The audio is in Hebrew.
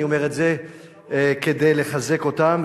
אני אומר את זה כדי לחזק אותם.